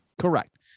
Correct